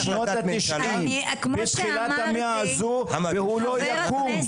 בשנות ה-90', בתחילת המאה הזו והוא לא יקום.